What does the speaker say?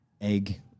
egg